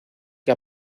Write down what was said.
que